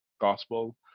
Gospel